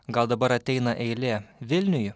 gal dabar ateina eilė vilniui